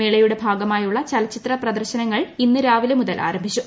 മേളയുടെ ഭാഗമായുള്ള ചലച്ചിത്ര പ്രദർശനങ്ങൾ ഇന്ന് രാവിലെ മുതൽ ആരംഭിച്ചു